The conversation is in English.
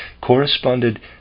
corresponded